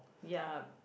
ya